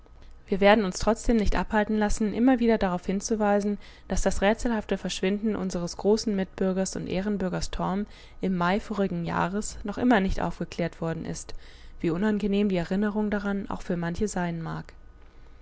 wir werden uns trotzdem nicht abhalten lassen immer wieder darauf hinzuweisen daß das rätselhafte verschwinden unseres großen mitbürgers und ehrenbürgers torm im mai vorigen jahres noch immer nicht aufgeklärt worden ist wie unangenehm die erinnerung daran auch für manche sein mag